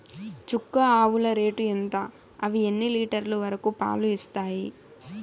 చుక్క ఆవుల రేటు ఎంత? అవి ఎన్ని లీటర్లు వరకు పాలు ఇస్తాయి?